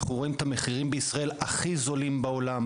אנחנו רואים את המחירים בישראל שהינם הכי זולים בעולם.